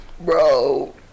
Bro